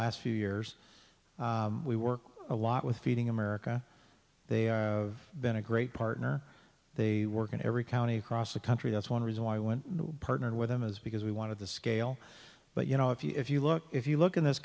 last few years we work a lot with feeding america they are of been a great partner they work in every county across the country that's one reason why when we partnered with them is because we wanted to scale but you know if you look if you look in this